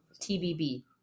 tbb